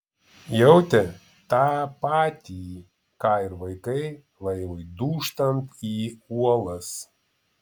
jautė tą patį ką ir vaikai laivui dūžtant į uolas